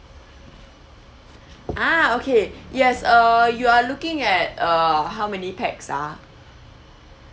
ah okay yes uh you are looking at uh how many pax ah